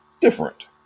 different